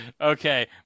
Okay